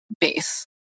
base